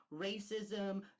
racism